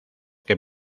que